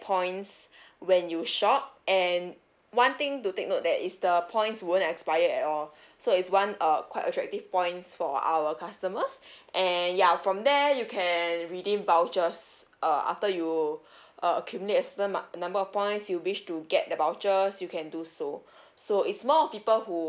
points when you shop and one thing to take note that is the points won't expire at all so it's one uh quite attractive points for our customers and ya from there you can redeem vouchers uh after you uh accumulate a certain ma~ number of points you wish to get the vouchers you can do so so it's more of people who